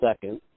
second